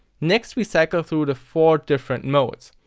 next we cycle through the four different modes.